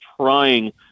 trying